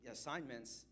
assignments